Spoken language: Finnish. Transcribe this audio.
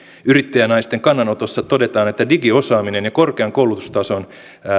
yrittäjänaisten kannanotossa todetaan että digiosaaminen ja korkean koulutustason